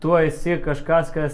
tu esi kažkas kas